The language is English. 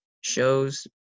shows